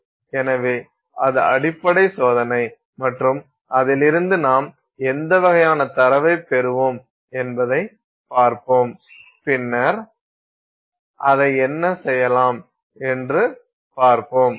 எனவே இது அடிப்படை சோதனை மற்றும் அதிலிருந்து நாம் எந்த வகையான தரவைப் பெறுவோம் என்பதைப் பார்ப்போம் பின்னர் அதை என்ன செய்யலாம் என்று பார்ப்போம்